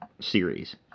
series